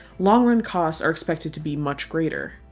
longrun costs are expected to be much greater.